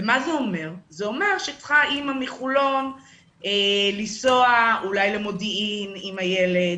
זה אומר שאימא מחולון צריכה לנסוע למודיעין עם הילד,